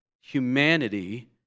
Humanity